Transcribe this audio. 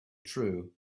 true